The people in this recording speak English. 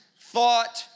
thought